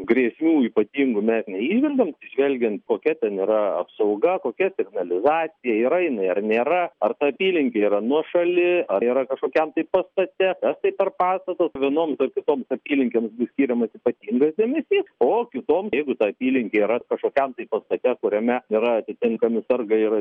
grėsmių ypatingų mes neįžvelgiam žvelgiant kokia ten yra apsauga kokia signalizacija yra jinai ar nėra ar ta apylinkė yra nuošali ar yra kažkokiam tai pastate kas tai per pastatas vienoms ar kitoms apylinkėms bus skiriamas ypatingas dėmesys o kitom jeigu ta apylinkė yra kažkokiam tai pastate kuriame yra atitinkami sargai yra signalizacijos